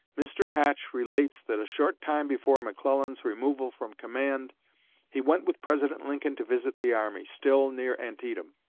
mr. hatch relates that a short time before mcclellan's removal from command he went with president lincoln to visit the army, still near antietam.